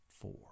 four